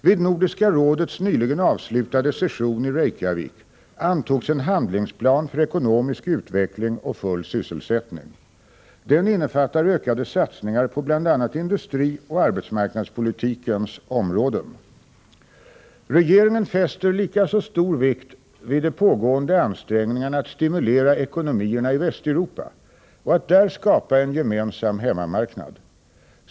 Vid Nordiska rådets nyligen avslutade session i Reykjavik antogs en handlingsplan för ekonomisk utveckling och full sysselsättning. Den innefattar ökade satsningar på bl.a. industrioch arbetsmarknadspolitikens områden. Regeringen fäster likaså stor vikt vid de pågående ansträngningarna att stimulera ekonomierna i Västeuropa och att där skapa en gemensam hemmamarknad.